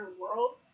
world